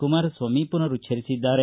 Kumaraswamy ಮನರುಚ್ಚರಿಸಿದ್ದಾರೆ